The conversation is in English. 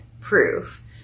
Proof